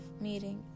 meeting